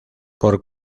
por